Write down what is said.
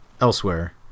elsewhere